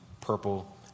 purple